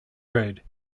road